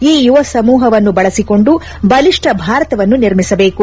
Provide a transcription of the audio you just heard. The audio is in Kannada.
ಈ ಯುವ ಸಮೂಹವನ್ನು ಬಳಸಿಕೊಂಡು ಬಲಿಷ್ಠ ಭಾರತವನ್ನು ನಿರ್ಮಿಸಬೇಕು